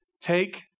Take